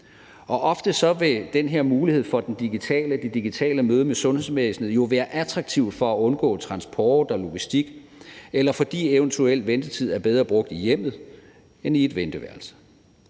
Ofte vil den her mulighed for det digitale møde med sundhedsvæsenet jo være attraktiv for at undgå transport og logistik, eller fordi eventuel ventetid er bedre brugt i hjemmet end i et venteværelse.